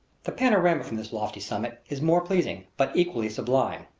the panorama from this lofty summit is more pleasing, but equally sublime.